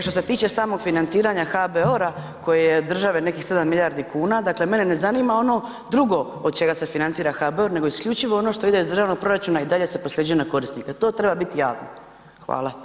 Što se tiče samog financiranja HBOR-a koji je od države nekih 7 milijardi, dakle mene ne zanima ono drugo, od čega se financira HBOR nego isključivo ono što ide iz državnog proračuna i dalje se prosljeđuje na korisnike, to treba biti javno, hvala.